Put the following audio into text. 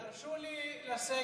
תרשו לי לסגת.